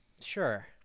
Sure